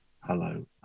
hello